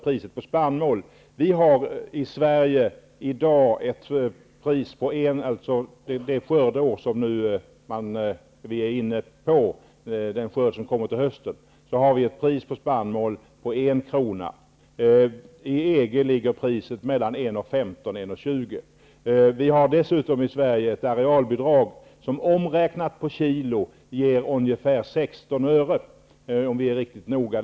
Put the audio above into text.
Priset på spannmmål under innevarande skördeår är i Sverige en krona. I EG ligger priset mellan 1,15 kr. och 1,20 kr. I Sverige har vi dessutom ett arealbidrag som omräknat per kilo ger ungefär 16 öre, om vi räknar riktigt noga.